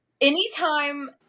anytime